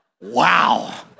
Wow